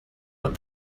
but